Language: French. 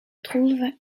trouve